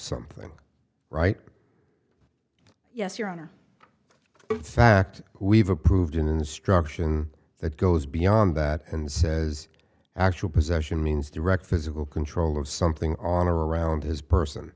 something right yes your honor the fact we've approved instruction that goes beyond that and says actual possession means direct physical control of something on or around his person